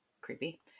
Creepy